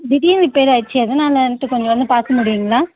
திடீரெனு ரிப்பேர் ஆகிருச்சு எதனாலன்ட்டு கொஞ்சம் வந்து பார்க்க முடியுங்களா